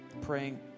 praying